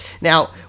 now